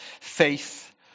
Faith